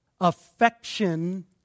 affection